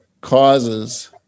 causes